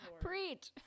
Preach